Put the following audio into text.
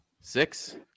Six